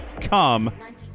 come